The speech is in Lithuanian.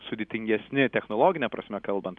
sudėtingesni technologine prasme kalbant